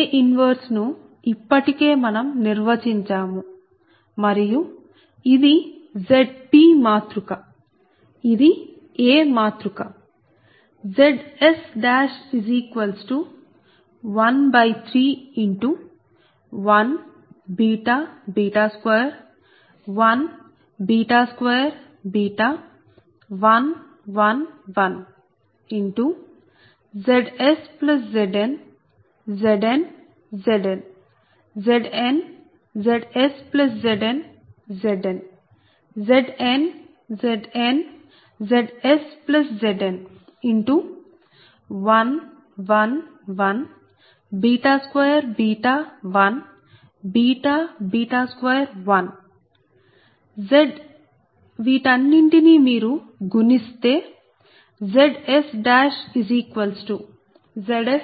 A 1 ను ఇప్పటికే మనం నిర్వచించాము మరియు ఇది Zp మాతృక ఇది A మాతృక Zs131 21 2 1 1 1 ZsZn Zn Zn Zn ZsZn Zn Zn Zn ZsZn11 1 2 1 2 1 వీటన్నింటిని మీరు గుణిస్తే ZsZs 0 0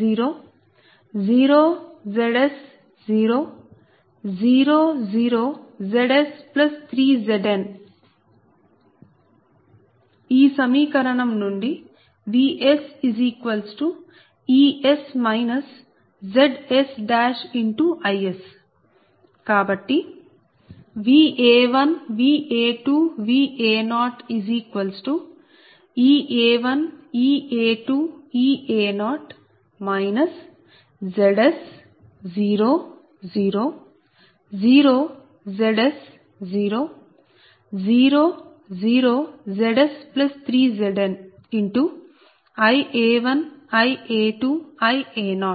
0 Zs 0 0 0 Zs3Zn ఈ సమీకరణం నుండి VsEs ZsIs కాబట్టి Va1 Va2 Va0 Ea1 Ea2 Ea0 Zs 0 0 0 Zs 0 0 0 Zs3ZnIa1 Ia2 Ia0